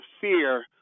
fear